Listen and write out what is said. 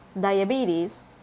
diabetes